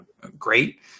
great